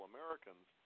Americans